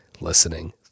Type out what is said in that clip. listening